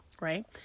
right